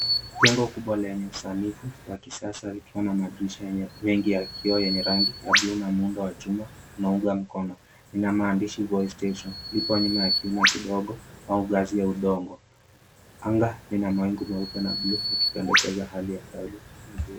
Jengo kubwa lenye usanifu wa kisasa likiwa na madirisha mengi ya kioo yenye rangi ya buluu na muundo wa chuma lina maandishi, "Voi Extension." Lipo nyuma ya kilima kidogo au gazi ya udogo. Anga lina mawingu meupe na buluu likipendekeza hali ya anga iliyo nzuri.